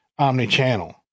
omnichannel